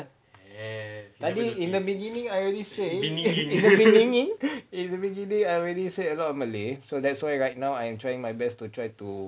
tadi in the beginning I already say in the beginning in the beginning I already say a lot of malay so that's why right now I am trying my best to try to